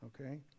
Okay